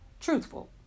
truthful